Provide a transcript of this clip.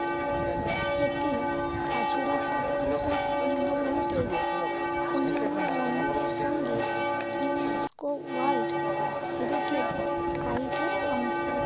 এটি Khajuraho group of মনুমেন্টের অন্যান্য মন্দিরের সঙ্গে ইউনেস্কো ওয়ার্ল্ড হেরিটেজ সাইটের অংশ